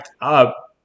up